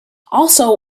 also